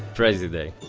crazy day.